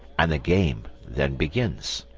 and the game then begins.